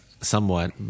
somewhat